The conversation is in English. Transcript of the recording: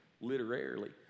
literarily